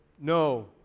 No